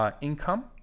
income